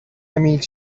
میلک